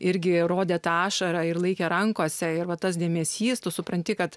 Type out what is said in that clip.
irgi rodė tą ašarą ir laikė rankose ir va tas dėmesys tu supranti kad